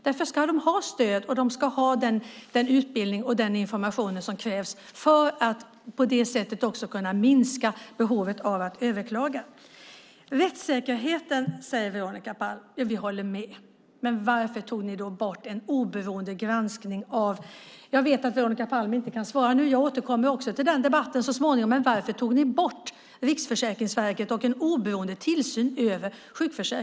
Därför ska de ha det stöd och den utbildning och information som krävs för att på så sätt kunna minska behovet av att överklaga. Veronica Palm talar om rättssäkerheten. Vi håller med. Men varför tog ni då bort Riksförsäkringsverket och en oberoende tillsyn av sjukförsäkringen? Jag vet att Veronica Palm inte kan svara nu, så jag återkommer till den debatten så småningom.